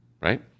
right